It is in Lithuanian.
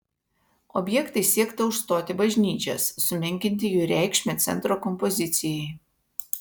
objektais siekta užstoti bažnyčias sumenkinti jų reikšmę centro kompozicijai